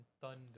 thunder